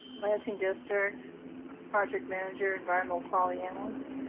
lansing district. i'm project manager, environmental quality analyst.